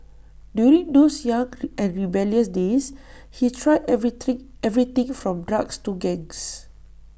during those young and rebellious days he tried everything everything from drugs to gangs